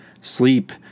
sleep